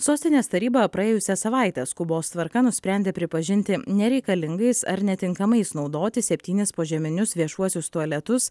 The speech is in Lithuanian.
sostinės taryba praėjusią savaitę skubos tvarka nusprendė pripažinti nereikalingais ar netinkamais naudoti septynis požeminius viešuosius tualetus